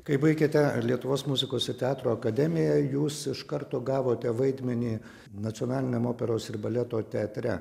kai baigėte lietuvos muzikos ir teatro akademiją jūs iš karto gavote vaidmenį nacionaliniam operos ir baleto teatre